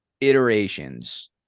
iterations